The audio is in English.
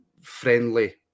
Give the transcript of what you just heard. friendly